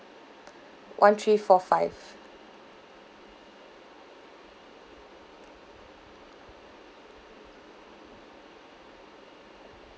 one three four five